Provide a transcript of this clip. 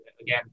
again